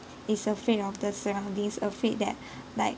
is afraid of the surroundings afraid that like